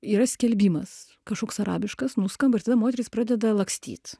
yra skelbimas kažkoks arabiškas nuskamba ir tada moterys pradeda lakstyt